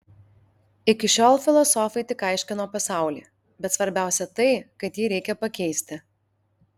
iki šiol filosofai tik aiškino pasaulį bet svarbiausia tai kad jį reikia pakeisti